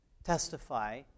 testify